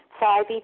Five